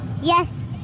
Yes